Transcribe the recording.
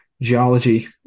geology